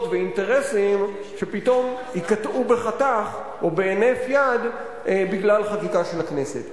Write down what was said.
ואינטרסים שפתאום ייקטעו בחתך או בהינף יד בגלל חקיקה של הכנסת.